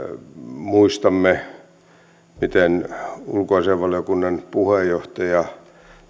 muistamme miten ulkoasiainvaliokunnan puheenjohtaja